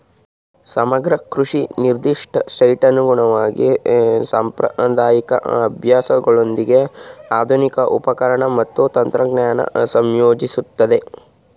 ಸಮಗ್ರ ಕೃಷಿ ನಿರ್ದಿಷ್ಟ ಸೈಟ್ಗನುಗುಣವಾಗಿ ಸಾಂಪ್ರದಾಯಿಕ ಅಭ್ಯಾಸಗಳೊಂದಿಗೆ ಆಧುನಿಕ ಉಪಕರಣ ಮತ್ತು ತಂತ್ರಜ್ಞಾನ ಸಂಯೋಜಿಸ್ತದೆ